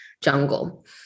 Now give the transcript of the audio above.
jungle